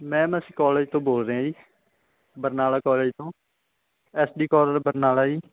ma'am ਅਸੀਂ college ਤੋਂ ਬੋਲ ਰਹੇ ਹਾਂ ਜੀ ਬਰਨਾਲਾ ਕਾਲਜ ਤੋਂ ਐਸ ਡੀ ਕਾਲਜ ਬਰਨਾਲਾ ਜੀ